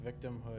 victimhood